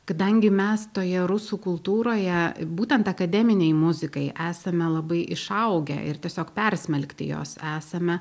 kadangi mes toje rusų kultūroje būtent akademinei muzikai esame labai išaugę ir tiesiog persmelkti jos esame